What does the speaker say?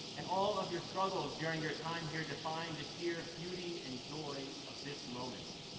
and all of your struggles during your time here define the sheer beauty and joy of this moment.